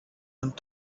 and